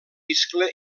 iscle